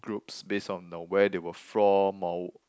groups based on the where they were from or